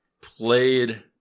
played